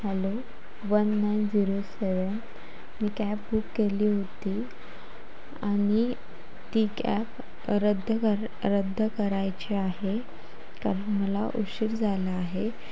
hello one nine zero seven ही cab book केली होती आणि ती कॅब रद्द कर रद्द करायची आहे कारण मला उशीर झाला आहे